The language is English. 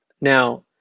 Now